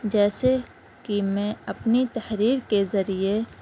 جیسے کہ میں اپنی تحریر کے ذریعے